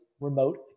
remote